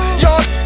Y'all